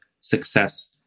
success